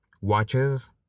Watches